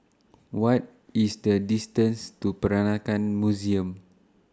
What IS The distance to Peranakan Museum